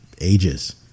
ages